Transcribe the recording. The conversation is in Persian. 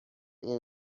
این